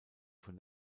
von